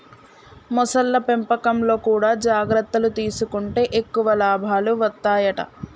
మొసళ్ల పెంపకంలో కూడా జాగ్రత్తలు తీసుకుంటే ఎక్కువ లాభాలు వత్తాయట